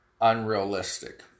Unrealistic